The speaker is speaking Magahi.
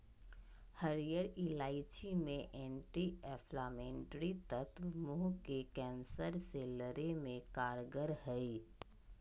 हरीयर इलायची मे एंटी एंफलामेट्री तत्व मुंह के कैंसर से लड़े मे कारगर हई